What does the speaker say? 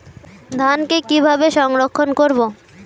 ধানকে কিভাবে সংরক্ষণ করব?